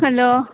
hello